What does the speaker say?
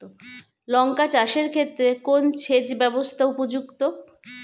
লঙ্কা চাষের ক্ষেত্রে কোন সেচব্যবস্থা উপযুক্ত?